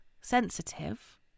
sensitive